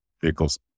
vehicles